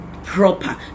proper